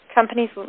Companies